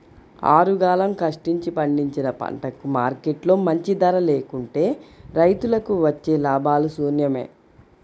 ఆరుగాలం కష్టించి పండించిన పంటకు మార్కెట్లో మంచి ధర లేకుంటే రైతులకు వచ్చే లాభాలు శూన్యమే